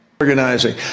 Organizing